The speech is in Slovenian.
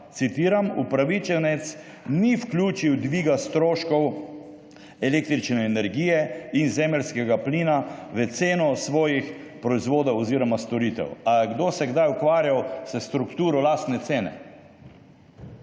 citiram, »upravičenec ni vključil dviga stroškov električne energije in zemeljskega plina v ceno svojih proizvodov oziroma storitev«. Ali se je kdo kdaj ukvarjal s strukturo lastne cene?